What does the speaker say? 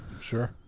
Sure